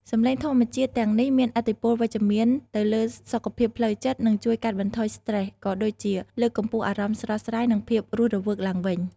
សំឡេងធម្មជាតិទាំងនេះមានឥទ្ធិពលវិជ្ជមានទៅលើសុខភាពផ្លូវចិត្ត និងជួយកាត់បន្ថយស្ត្រេស ក៏ដូចជាលើកកម្ពស់អារម្មណ៍ស្រស់ស្រាយ និងភាពរស់រវើកឡើងវិញ។